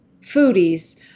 foodies